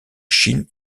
chine